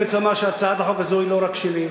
אני רוצה לומר שהצעת החוק הזאת היא לא רק שלי,